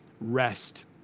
rest